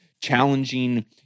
challenging